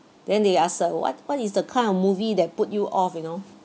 then they ask uh what what is the kind of movie that put you off you know